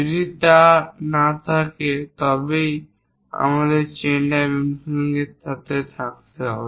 যদি তা না থাকে তবেই আমাদের চেইন ডাইমেনশনের সাথে যেতে হবে